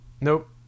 Nope